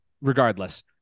regardless